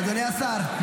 אדוני השר,